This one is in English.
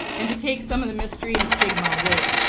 and to take some of the mystery and stigma away.